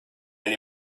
elle